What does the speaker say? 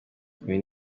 kumi